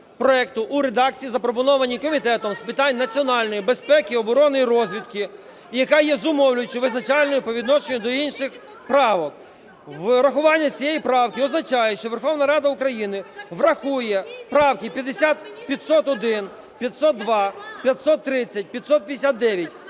в редакції, запропонованій Комітетом з питань національної безпеки, оборони і розвідки, яка є зумовлюючою і визначальною по відношенню до інших правок. Врахування цієї правки означає, що Верховна Рада України врахує правки 501, 502, 530, 559.